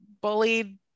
bullied